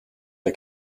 der